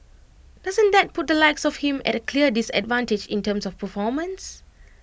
doesn't that put the likes of him at A clear disadvantage in terms of performance